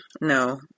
no